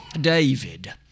David